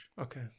Okay